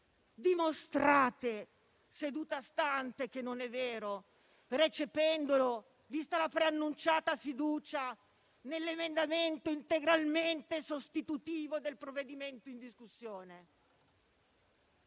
Dimostrate seduta stante che non è vero, recependolo, vista la preannunciata fiducia, nell'emendamento integralmente sostitutivo del provvedimento in discussione.